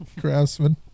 Craftsman